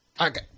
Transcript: Okay